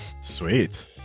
Sweet